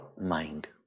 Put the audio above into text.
mind